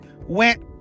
went